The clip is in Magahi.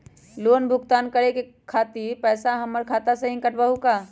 लोन भुगतान करे के खातिर पैसा हमर खाता में से ही काटबहु का?